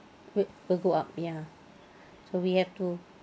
will will go up ya so we have to